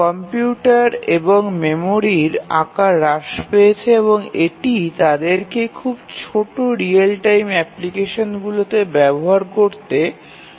computer এবং মেমরির আকার হ্রাস পেয়েছে এবং এটি তাদেরকে খুব ছোট রিয়েল টাইম অ্যাপ্লিকেশনগুলিতে ব্যবহার করতে সক্ষম করেছে